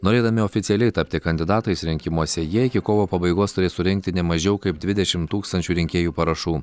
norėdami oficialiai tapti kandidatais rinkimuose jie iki kovo pabaigos turi surinkti ne mažiau kaip dvidešimt tūkstančių rinkėjų parašų